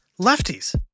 lefties